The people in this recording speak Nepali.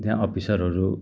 त्यहाँ अफिसरहरू